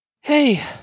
Hey